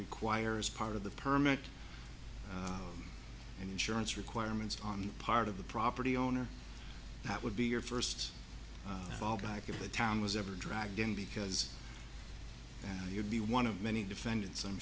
require as part of the permit and insurance requirements on the part of the property owner that would be your first fall back of the town was ever dragged in because you'd be one of many defendants i'm